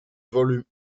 volume